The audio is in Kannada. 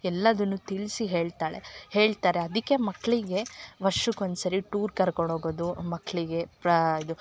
ಎಲ್ಲದನ್ನು ತಿಳಿಸಿ ಹೇಳ್ತಾಳೆ ಹೇಳ್ತಾರೆ ಅದಕ್ಕೆ ಮಕ್ಕಳಿಗೆ ವರ್ಷಕ್ಕೊಂದ್ಸರಿ ಟೂರ್ ಕರ್ಕೊಂಡೊಗೋದು ಮಕ್ಕಳಿಗೆ ಪ್ರಾ ಇದು